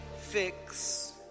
Fix